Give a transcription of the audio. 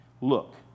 Look